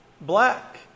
black